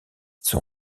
son